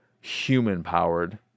human-powered